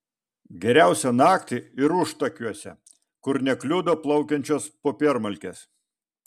geriausia naktį ir užtakiuose kur nekliudo plaukiančios popiermalkės